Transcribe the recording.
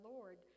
Lord